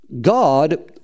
God